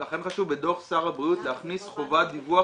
לכן חשוב בדו"ח שר הבריאות להכניס חובת דיווח